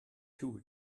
two